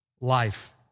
life